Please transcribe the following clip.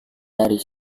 dari